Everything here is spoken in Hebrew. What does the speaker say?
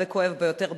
וכואב ביותר בלב.